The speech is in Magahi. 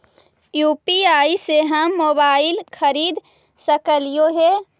यु.पी.आई से हम मोबाईल खरिद सकलिऐ है